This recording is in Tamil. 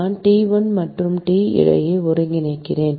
நான் T1 மற்றும் T இடையே ஒருங்கிணைக்கிறேன்